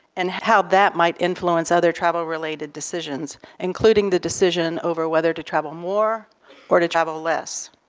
and how that might influence other travel related decisions, including the decision over whether to travel more or to travel less.